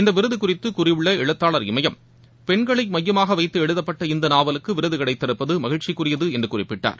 இந்த விருது குறித்து கூறியுள்ள எழுத்தாளர் இமயம் பெண்களை மையமாக வைத்து எழுதப்பட்ட இந்த நாவலுக்கு விருது கிடைத்திருப்பது மகிழச்சிக்குரியது என்று குறிப்பிட்டார்